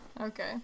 okay